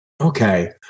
Okay